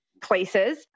places